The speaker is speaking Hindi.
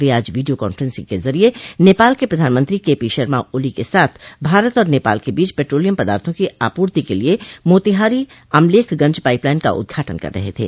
वे आज वीडियो कांफ्रेंसिंग के जरिये नेपाल के प्रधानमंत्री के पी शर्मा ओली के साथ भारत और नेपाल के बीच पेट्रोलियम पदार्थो की आपूर्ति के लिए मोतीहारी अमलेखगंज पाइपलाइन का उद्घाटन कर रहे थे